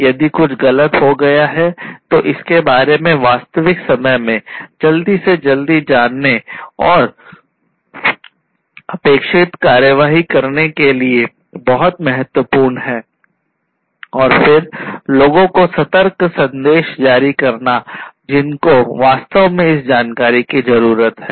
यदि कुछ गलत हो गया है तो इसके बारे में वास्तविक समय में जल्दी से जल्दी जानने और अपेक्षित कार्रवाई करने के लिए बहुत महत्वपूर्ण है और फिर लोगों को सतर्क संदेश जारी करना जिनको वास्तव में इस जानकारी की जरूरत है